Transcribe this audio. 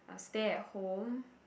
uh stay at home